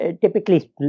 typically